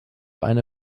eine